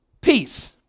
peace